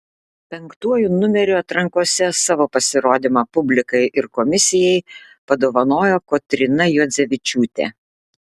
penktuoju numeriu atrankose savo pasirodymą publikai ir komisijai padovanojo kotryna juodzevičiūtė